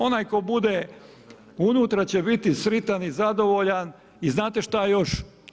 Onaj tko bude unutra će biti sretan i zadovoljan i znate šta još?